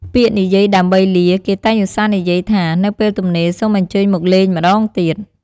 ពាក្យនិយាយដើម្បីលា គេតែងឧស្សាហ៍និយាយថា "នៅពេលទំនេរសូមអញ្ជើញមកលេងម្តងទៀត។"